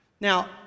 Now